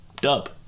Dub